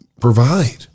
provide